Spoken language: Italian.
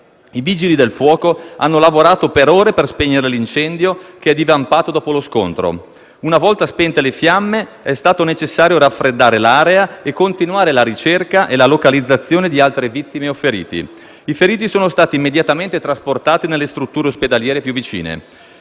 I Vigili del fuoco hanno lavorato per ore per spegnere l'incendio che è divampato dopo lo scontro. Una volta spente le fiamme, è stato necessario raffreddare l'area e continuare la ricerca e la localizzazione di altre vittime o feriti. I feriti sono stati immediatamente trasportati nelle strutture ospedaliere più vicine.